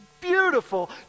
beautiful